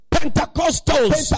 Pentecostals